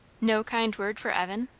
no kind word for evan?